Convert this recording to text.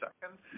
second